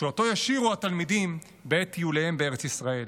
שאותו ישירו התלמידים בעת טיוליהם בארץ ישראל.